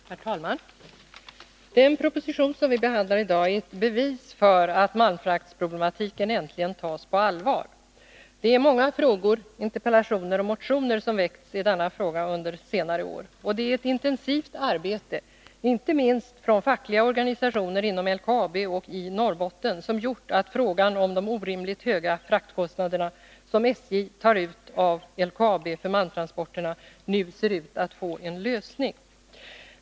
Herr talman! Den proposition som vi behandlar i dag är ett bevis på att malmfraktsproblematiken äntligen tas på allvar. Det är många frågor, interpellationer och motioner som förts fram i detta ärende under senare år. Ett intensivt arbete, inte minst från fackliga organisationer inom LKAB och i Norrbotten, har gjort att frågan om de orimligt höga fraktkostnader som SJ tar ut av LKAB för malmtransporterna nu ser ut att få en lösning.